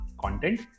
content